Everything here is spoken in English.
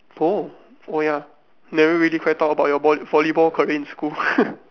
oh oh ya never really quite thought about your vol~ volleyball in school